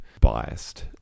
biased